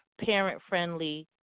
parent-friendly